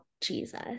Jesus